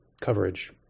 coverage